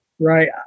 Right